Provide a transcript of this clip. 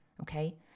Okay